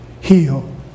heal